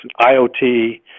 IOT